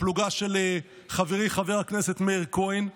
הפלוגה של חברי חבר הכנסת מאיר כהן,